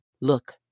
Look